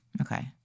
Okay